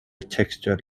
textured